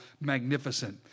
magnificent